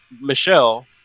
Michelle